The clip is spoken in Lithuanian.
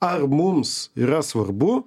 ar mums yra svarbu